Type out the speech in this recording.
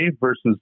versus